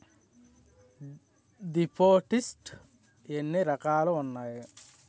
దిపోసిస్ట్స్ ఎన్ని రకాలుగా ఉన్నాయి?